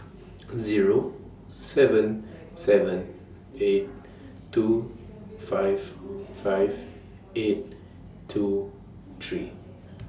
Zero seven seven eight two five five eight two three